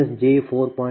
10 j4